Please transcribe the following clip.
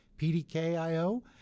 PDK.io